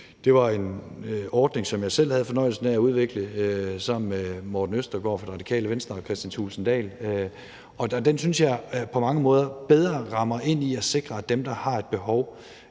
Det var en ordning, som jeg selv havde fornøjelsen af at udvikle sammen med Morten Østergaard fra Radikale Venstre og Kristian Thulesen Dahl, og den synes jeg på mange måder bedre rammer ind i at sikre, at dem, der har et behov,